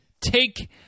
Take